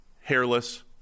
hairless